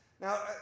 Now